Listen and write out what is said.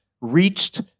reached